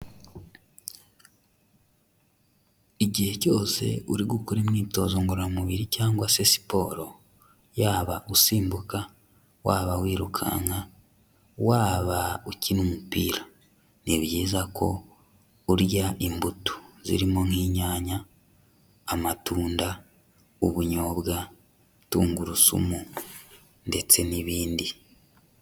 Igihe cyose uri gukora imyitozo ngororamubiri cyangwa se siporo, yaba usimbuka, waba wirukanka, waba ukina umupira, ni byiza ko urya imbuto zirimo nk'inyanya, amatunda, ubunyobwa, tungurusumu ndetse n'ibindi.